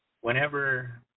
whenever